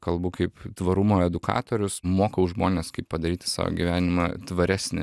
kalbu kaip tvarumo edukatorius mokau žmones kaip padaryti savo gyvenimą tvaresnį